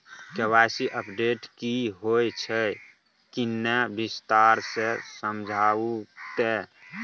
KYC update की होय छै किन्ने विस्तार से समझाऊ ते?